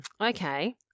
okay